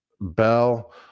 bell